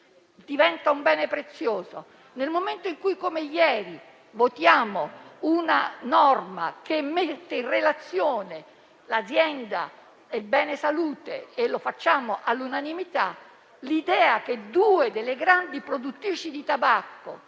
diventa un bene prezioso, nel momento in cui come ieri votiamo una norma che mette in relazione l'azienda e il bene salute e lo facciamo all'unanimità, l'idea che due delle grandi produttrici di tabacco